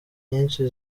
nyinshi